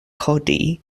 chodi